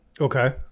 Okay